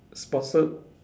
sponsored